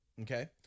okay